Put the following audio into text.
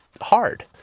hard